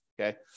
Okay